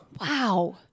Wow